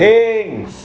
hey